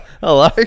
Hello